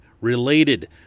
related